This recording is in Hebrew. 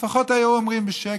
לפחות היו אומרים בשקט.